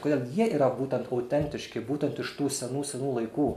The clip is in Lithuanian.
kodėl jie yra būtent autentiški būtent iš tų senų senų laikų